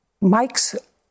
Mike's